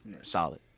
solid